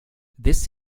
this